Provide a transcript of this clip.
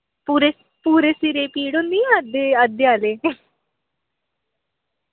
पुरे पूरे सिरे पीड़ होंदी जां अद्धे अद्धे आह्ले